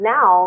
Now